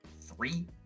three